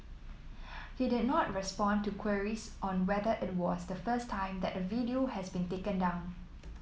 he did not respond to queries on whether it was the first time that a video has been taken down